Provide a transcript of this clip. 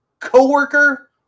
co-worker